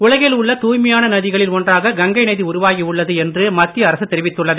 உலகில் உள்ள தூய்மையான நதிகளில் ஒன்றாக கங்கை நதி உருவாகி உள்ளது என்று மத்திய அரசு தெரிவித்துள்ளது